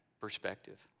perspective